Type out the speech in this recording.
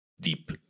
deep